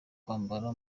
kwambara